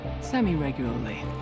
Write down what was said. semi-regularly